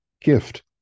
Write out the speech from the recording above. gift